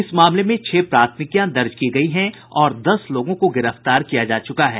इस मामले में छह प्राथमिकियां दर्ज की गयी हैं और दस लोगों को गिरफ्तार किया जा चुका है